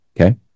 okay